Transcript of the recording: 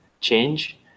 change